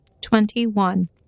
Twenty-one